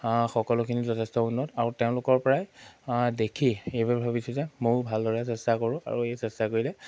সকলোখিনি যথেষ্ট উন্নত আৰু তেওঁলোকৰ পৰাই দেখি এইবাৰ ভাবিছোঁ যে ময়ো ভালদৰে চেষ্টা কৰোঁ আৰু এই চেষ্টা কৰিলে